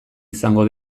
izango